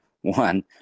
one